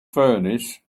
furnace